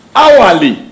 hourly